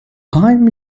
i’m